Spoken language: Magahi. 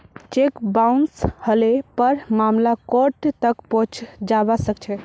चेक बाउंस हले पर मामला कोर्ट तक पहुंचे जबा सकछे